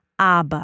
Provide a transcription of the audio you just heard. aber